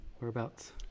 Whereabouts